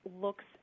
looks